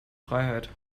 freiheit